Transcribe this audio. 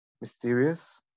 mysterious